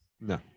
No